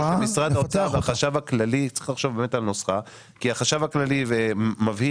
צריכים באמת לחשוב על נוסחה כי החשב הכללי מבהיר,